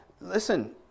listen